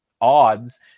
odds